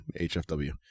HFW